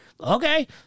okay